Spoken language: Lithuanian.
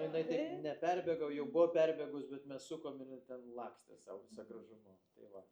jinai taip ne perbėgo o jau buvo perbėgus bet mes sukom ir jin ten lakstė sau visa gražumu tai va